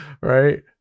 Right